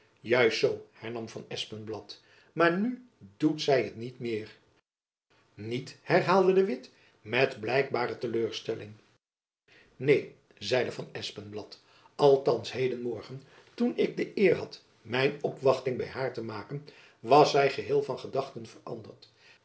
juist zoo hernam van espenblad maar nu doet zy het niet meer niet herhaalde de witt met blijkbare teleurstelling neen zeide van espenblad althands heden morgen toen ik de eer had mijn opwachting by haar te maken was zy geheel van gedachten veranderd